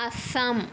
Assam